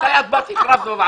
מתי את באה לוועדה?